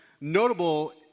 notable